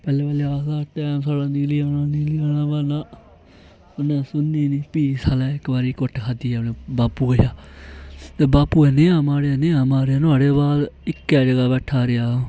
बल्लें बल्लें आखदा हा टैम साढ़ा निकली जाना निकली जाना पर नां उ'न्नै सुननी निं भी साले इक बारी कुट्ट खाद्दी अपने बापू कशा ते बापू ने नेहा मारेआ नेहा मारेआ नेआढ़े बाद इक्कै जगह् बैट्ठेआ रेहा